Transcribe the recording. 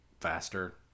Faster